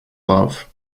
love